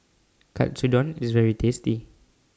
Katsudon IS very tasty